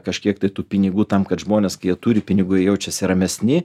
kažkiek tai tų pinigų tam kad žmonės kai jie turi pinigų jie jaučiasi ramesni